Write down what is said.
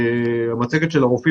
לגבי המצגת של הרופאים,